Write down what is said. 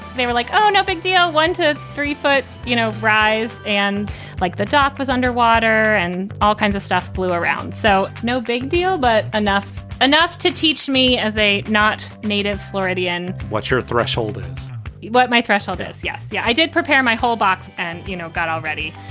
like, oh, no big deal, one to three foot you know rise and like the top was underwater and all kinds of stuff flew around so no big deal. but enough enough to teach me as a not native floridian. what's your threshold is what my threshold is. yes yeah i did prepare my whole box and you know got already.